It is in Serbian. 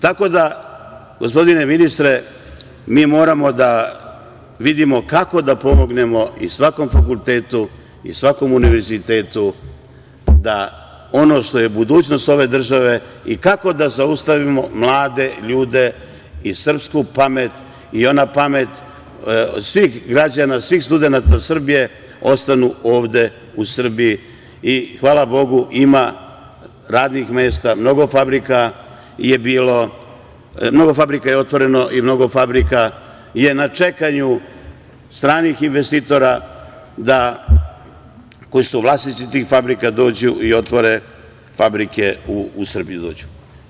Tako da, gospodine ministre, mi moramo da vidimo kako da pomognemo i svakom fakultetu i svakom univerzitetu da ono što je budućnost ove države i kako da zaustavimo mlade ljude i srpsku pamet i onu pamet svih građana, svih studenata Srbije da ostanu ovde u Srbiji i hvala Bogu ima radnih mesta, mnogo fabrika je otvoreno i mnogo fabrika je na čekanju, stranih investitora, koji su vlasnici tih fabrika, da dođu i otvore fabrike u Srbiji.